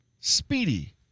Speedy